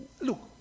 look